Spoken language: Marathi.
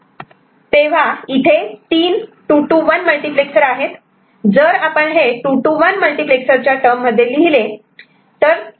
तेव्हा इथे तिन 2 to 1 मल्टिप्लेक्सर आहेत जर आपण हे 2 to 1 मल्टिप्लेक्सर च्या टर्म मध्ये लिहिले